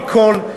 recall.